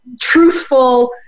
truthful